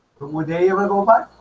will they ever go back?